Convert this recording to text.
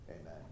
amen